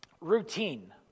Routine